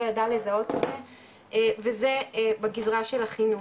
ידע לזהות את זה וזה בגזרה של החינוך.